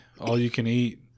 all-you-can-eat